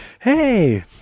Hey